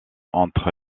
entre